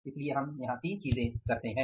इसलिए हम यहाँ तीन चीजें करते हैं